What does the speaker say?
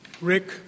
Rick